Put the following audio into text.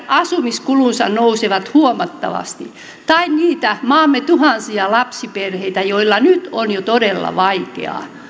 asumiskulut nousevat huomattavasti tai niitä maamme tuhansia lapsiperheitä joilla nyt on jo todella vaikeaa